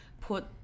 put